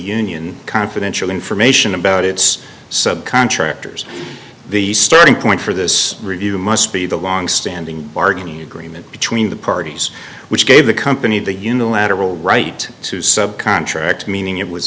union confidential information about its subcontractors the starting point for this review must be the longstanding bargaining agreement between the parties which gave the company the unilateral right to subcontract meaning it was